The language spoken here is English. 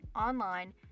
online